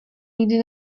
nikdy